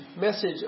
message